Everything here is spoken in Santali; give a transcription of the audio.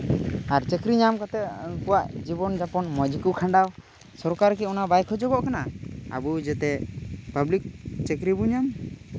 ᱟᱨ ᱪᱟᱹᱠᱨᱤ ᱧᱟᱢ ᱠᱟᱛᱮᱫ ᱩᱱᱠᱩᱣᱟᱜ ᱡᱤᱵᱚᱱ ᱡᱟᱯᱚᱱ ᱢᱚᱡᱽ ᱜᱮᱠᱚ ᱠᱷᱟᱰᱟᱣ ᱥᱚᱨᱠᱟᱨ ᱠᱤ ᱚᱱᱟ ᱵᱟᱭ ᱠᱷᱚᱡᱚᱜ ᱠᱟᱱᱟᱭ ᱟᱵᱚ ᱡᱟᱛᱮ ᱯᱟᱵᱞᱤᱠ ᱪᱟᱹᱠᱨᱤ ᱵᱚᱱ ᱧᱟᱢ